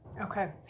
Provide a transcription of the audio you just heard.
Okay